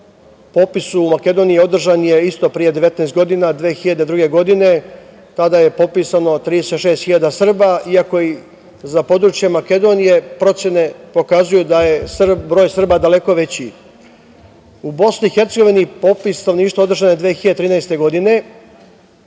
popis u Makedoniji održan je isto pre 19 godina, 2002. godine. Tada je popisano 36.000 Srba, iako za područje Makedonije procene pokazuju da je broj Srba daleko veći.U Bosni i Hercegovini popis stanovništva održan je 2013. godine.